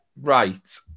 Right